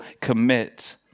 commit